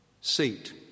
seat